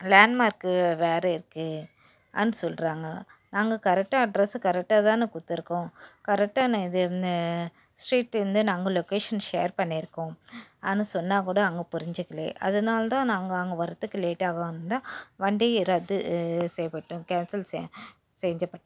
landmark வேறு இருக்குது ஆன்னு சொல்கிறாங்க நாங்கள் கரெக்டாக அட்ரெஸ்ஸு கரெக்டாக தானே கொடுத்துருக்கோம் கரெக்டான இதுன்னு ஸ்ட்ரீட் இதுன்னு நாங்க லொகேஷன் ஷேர் பண்ணியிருக்கோம் ஆன்னு சொன்னால்கூட அவங்க புரிஞ்சுக்கல்லே அதனால தான் நாங்கள் அங்கே வர்றதுக்கு லேட்டாகும் தான் வண்டி ஏறாது செய்யப்பட்டு கேன்சல் செய் செஞ்சப்பட்